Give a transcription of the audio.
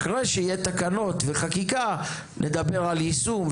אחרי שיהיו תקנות וחקיקה נדבר על יישום,